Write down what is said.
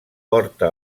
porta